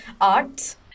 arts